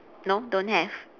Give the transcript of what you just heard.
no don't have